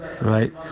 right